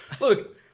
Look